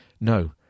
No